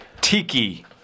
Tiki